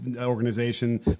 organization